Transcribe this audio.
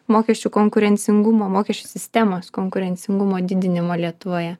mokesčių konkurencingumo mokesčių sistemos konkurencingumo didinimo lietuvoje